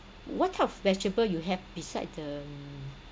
what type of vegetable you have beside the um